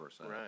right